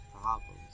problems